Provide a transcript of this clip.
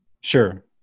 Sure